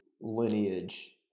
lineage